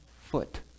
foot